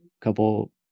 couple